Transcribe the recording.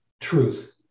truth